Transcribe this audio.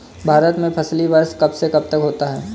भारत में फसली वर्ष कब से कब तक होता है?